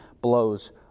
blows